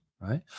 Right